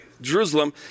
Jerusalem